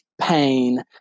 pain